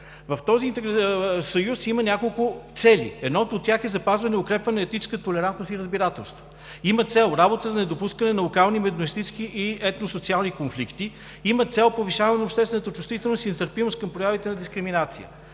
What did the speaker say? в този Съюз има няколко цели. Едната от тях е запазване и укрепване на етническата толерантност и разбирателство. Има цел – работа за недопускате на локални, междуетнически и етносоциални конфликти, има цел повишаване обществената чувствителност и нетърпимост към проявите на дискриминация.